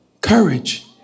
Courage